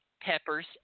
peppers